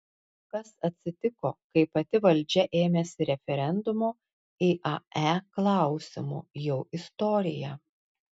kas atsitiko kai pati valdžia ėmėsi referendumo iae klausimu jau istorija